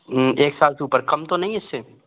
एक साल के ऊपर कम तो नहीं है इससे